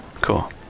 Cool